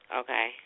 okay